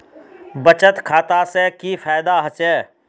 बचत खाता से की फायदा होचे?